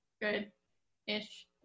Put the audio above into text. good-ish